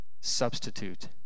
substitute